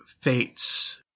Fates